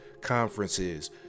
conferences